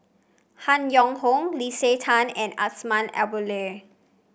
Han Yong Hong Leslie Tay and Azman Abdullah